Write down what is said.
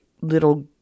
little